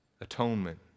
atonement